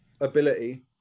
ability